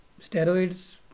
steroids